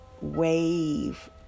wave